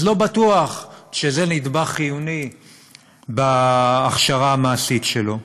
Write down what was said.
אז לא בטוח שזה נדבך חיוני בהכשרה המעשית שלו.